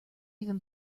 even